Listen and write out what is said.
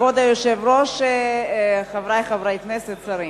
כבוד היושב-ראש, חברי חברי הכנסת, שרים,